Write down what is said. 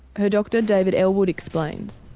her doctor david ellwood explains.